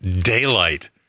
daylight